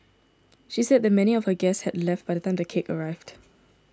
she said that many of her guests had left by the time the cake arrived